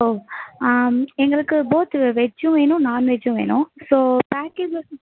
ஓ எங்களுக்கு போத் வெஜ்ஜும் வேணும் நான்வெஜ்ஜும் வேணும் ஸோ பேக்கேஜஸ்